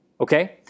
Okay